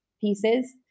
pieces